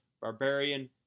barbarian